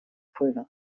pulvers